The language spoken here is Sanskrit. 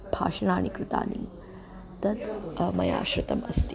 भाषणानि कृतानि तत् मया श्रुतम् अस्ति